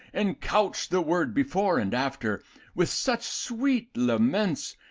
encouch the word before and after with such sweet laments,